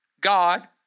God